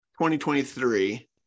2023